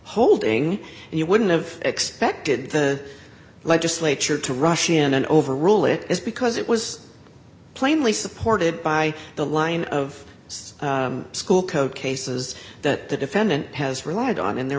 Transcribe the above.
holding and you wouldn't have expected the legislature to rush in and overrule it is because it was plainly supported by the line of school code cases that defendant has relied on in the